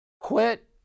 quit